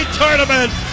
tournament